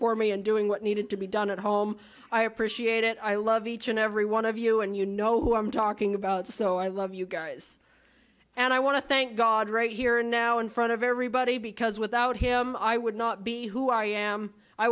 for me and doing what needed to be done at home i appreciate it i love each and every one of you and you know who i'm talking about so i love you guys and i want to thank god right here now in front of everybody because without him i would not be who i am i